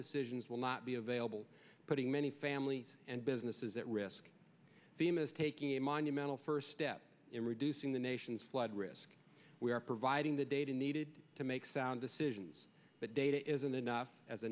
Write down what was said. decisions will not be available putting many families and businesses at risk themis taking a monumental first step in reducing the nation's flood risk we are providing the data needed to make sound decisions but data isn't enough as a